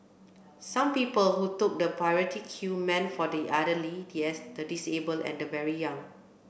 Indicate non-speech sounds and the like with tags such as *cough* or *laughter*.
some people who took the priority queue meant for the elderly *unintelligible* the disabled and the very young